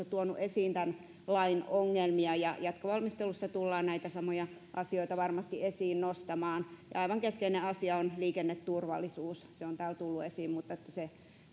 tuonut esiin tämän lain ongelmia ja jatkovalmistelussa tullaan näitä samoja asioita varmasti esiin nostamaan ja aivan keskeinen asia on liikenneturvallisuus se on täällä tullut esiin